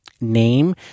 name